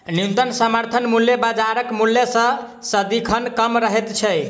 न्यूनतम समर्थन मूल्य बाजारक मूल्य सॅ सदिखन कम रहैत छै